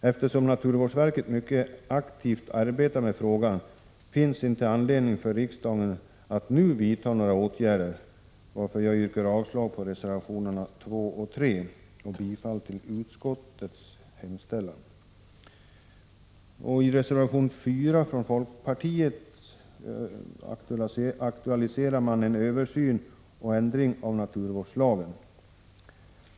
Eftersom naturvårdsverket mycket aktivt arbetar med frågan, finns inte anledning för riksdagen att nu vidta några åtgärder, och därför yrkar jag avslag på reservationerna 2 och 3 och bifall till utskottets hemställan. I reservation 4 aktualiserar folkpartiet en översyn och ändring av naturvårdslagen.